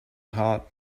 hot